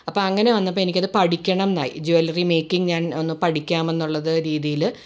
അപ്പം അങ്ങനെ വന്നപ്പം എനിക്കത് പഠിക്കണം എന്നായി ജ്വല്ലറി മേക്കിങ് ഞാൻ ഒന്ന് പഠിക്കാമെന്നുള്ള രീതിയിൽ